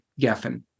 Geffen